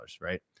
Right